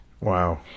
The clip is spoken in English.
Wow